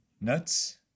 Nuts